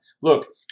Look